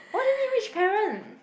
what do you mean which parent